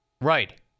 Right